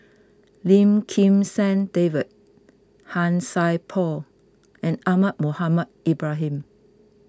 Lim Kim San David Han Sai Por and Ahmad Mohamed Ibrahim